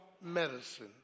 medicine